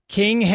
king